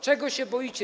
Czego się boicie?